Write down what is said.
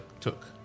took